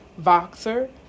Voxer